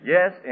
Yes